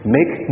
Make